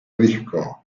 disco